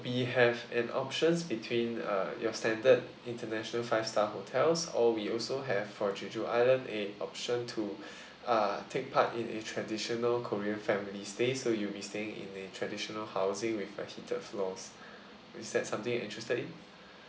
we have an options between uh your standard international five star hotels or we also have for jeju island a option to uh take part in a traditional korean family stays so you'll be staying in the traditional housing with a heated floors is that something you're interested in